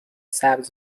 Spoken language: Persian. سبز